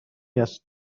است